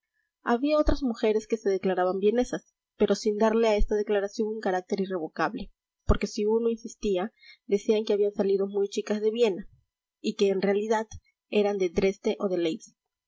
había otras mujeres que se declaraban vienesas pero sin darle a esta declaración un carácter irrevocable porque si uno insistía decían que habían salido muy chicas de viena y que en realidad eran de dresde o de